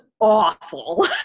awful